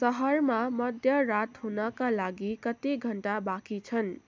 सहरमा मध्यरात हुनका लागि कति घन्टा बाँकी छन्